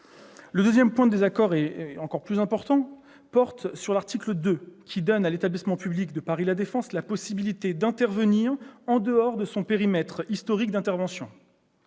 Le second point de désaccord est encore plus important et porte sur l'article 2, qui donne à l'établissement public Paris La Défense la possibilité d'intervenir en dehors de son périmètre historique d'intervention.